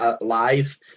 live